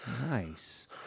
Nice